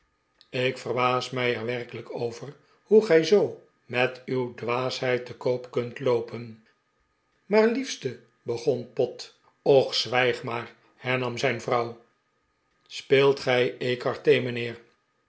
ik verbaas mij er werkelijk over hoe gij zoo met uw dwaasheid te koop kunt loopen maar liefste begon pott och zwijg maar hernam zijn vrouw speelt gij